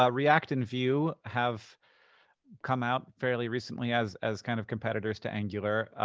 ah react and vue have come out fairly recently as as kind of competitors to angular.